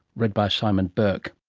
read by simon burke